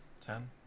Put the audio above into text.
Ten